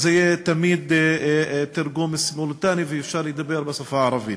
שיהיה תמיד תרגום סימולטני ויהיה אפשר לדבר בשפה הערבית.